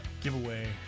giveaway